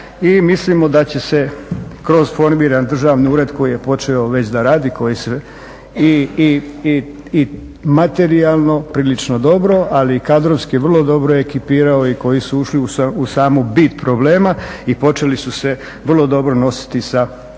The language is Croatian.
i mislimo da će se kroz formiran državni ured koji je počeo raditi koji se i materijalno prilično dobro, ali i kadrovski vrlo dobro ekipirao i koji su ušli u samu bit problema i počeli su se vrlo dobro nositi sa ovim